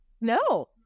No